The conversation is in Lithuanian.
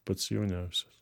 pats jauniausias